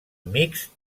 mixt